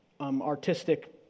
artistic